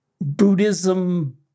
Buddhism